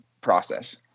process